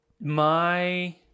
My-